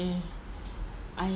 okay I